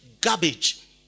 garbage